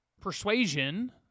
persuasion